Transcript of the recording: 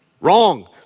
Wrong